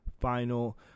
final